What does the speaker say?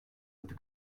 adı